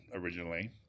originally